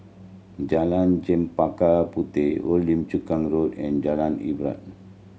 Jalan Chempaka Puteh Old Lim Chu Kang Road and Jalan Ibadat